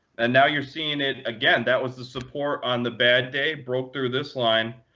and now you're seeing it again. that was the support on the bad day, broke through this line.